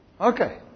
Okay